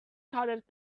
colored